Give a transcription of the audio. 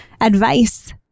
advice